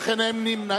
ולכן אין נמנעים.